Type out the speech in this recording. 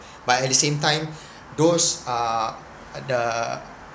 but at the same time those are the